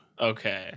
Okay